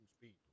speed